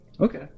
Okay